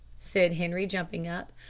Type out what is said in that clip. said henri, jumping up,